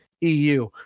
eu